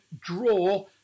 draw